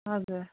हजुर